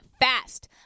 fast